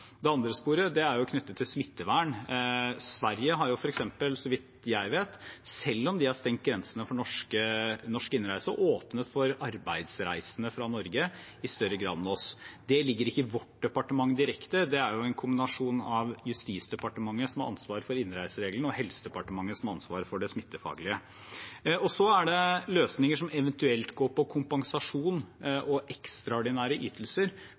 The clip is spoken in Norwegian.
Det andre sporet er knyttet til smittevern. Sverige har f.eks., så vidt jeg vet, selv om de har stengt grensene for norsk innreise, åpnet for arbeidsreisende fra Norge i større grad enn omvendt. Det ligger ikke i vårt departement direkte. Det er en kombinasjon av Justisdepartementet, som har ansvaret for innreisereglene, og Helsedepartementet, som har ansvaret for det smittevernfaglige. Så er det løsninger som eventuelt går på kompensasjon og ekstraordinære ytelser,